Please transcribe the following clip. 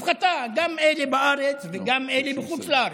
הפחתה גם לאלה שבארץ וגם לאלה שבחוץ לארץ.